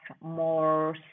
more